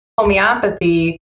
homeopathy